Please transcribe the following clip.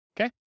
Okay